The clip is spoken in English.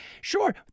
Sure